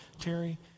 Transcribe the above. Terry